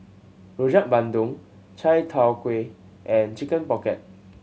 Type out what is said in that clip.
Rojak Bandung Chai Tow Kuay and Chicken Pocket